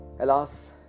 Alas